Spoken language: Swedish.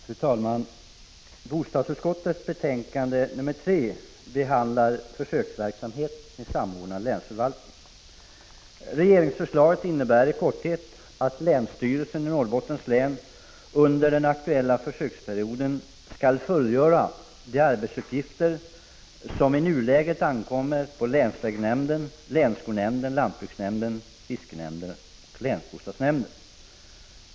Fru talman! Bostadsutskottets betänkande nr 3 behandlar försöksverksamhet med samordnad länsförvaltning. Regeringsförslaget innebär i korthet att länsstyrelsen i Norrbottens län under den aktuella försöksperioden skall fullgöra de arbetsuppgifter som i nuläget ankommer på länsvägnämnden, länsskolnämnden, lantbruksnämnden, fiskenämnden och länsbostadsnämnden.